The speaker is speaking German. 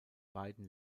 beiden